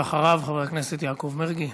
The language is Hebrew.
ואחריו, חבר הכנסת יעקב מרגי.